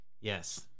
Yes